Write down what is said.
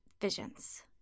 visions